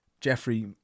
jeffrey